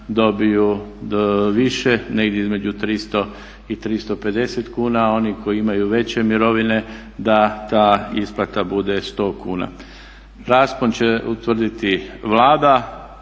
dobiju više negdje između 300 i 350 kuna a oni koji imaju veće mirovine da ta isplata bude 100 kuna. Raspon će utvrditi Vlada